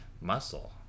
muscle